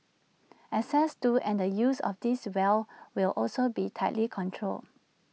access to and the use of these wells will also be tightly controlled